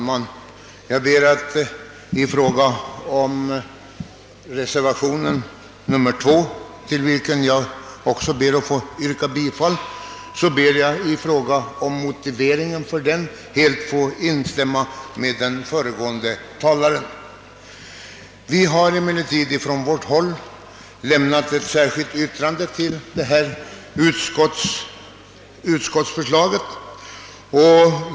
Herr talman! I fråga om motiveringen till reservationen nr 2, till vilken jag också ber att få yrka bifall, vill jag helt instämma med föregående talare. Vi har emellertid från vårt håll läm nat ett särskilt yrkande till detta utskottsförslag.